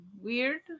weird